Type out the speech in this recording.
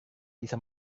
bisa